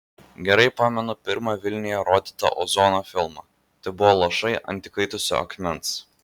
gerai pamenu pirmą vilniuje rodytą ozono filmą tai buvo lašai ant įkaitusio akmens